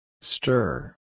Stir